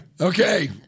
Okay